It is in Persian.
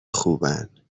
خوبن